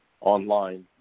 online